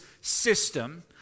system